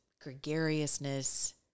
gregariousness